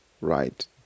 right